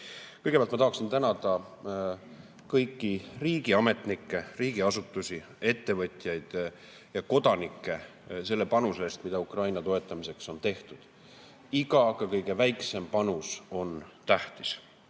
nimel. Kõigepealt ma tahan tänada kõiki riigiametnikke, riigiasutusi, ettevõtjaid ja kodanikke selle panuse eest, mis Ukraina toetamiseks on antud. Iga panus, ka kõige väiksem panus on tähtis.